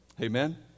Amen